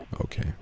Okay